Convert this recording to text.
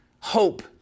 hope